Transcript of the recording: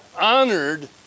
honored